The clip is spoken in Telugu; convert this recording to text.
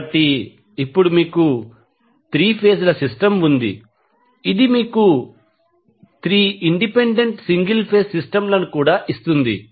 కాబట్టి ఇప్పుడు మీకు 3 ఫేజ్ ల సిస్టమ్ ఉంటుంది ఇది మీకు 3 ఇండిపెండెంట్ సింగిల్ ఫేజ్ సిస్టమ్ లను కూడా ఇస్తుంది